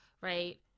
right